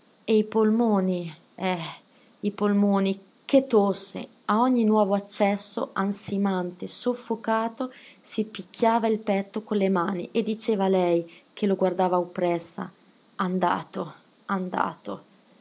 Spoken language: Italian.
e i polmoni eh i polmoni che tosse a ogni nuovo accesso ansimante soffocato si picchiava il petto con le mani e diceva a lei che lo guardava oppressa andato andato